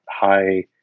high